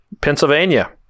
Pennsylvania